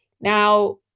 Now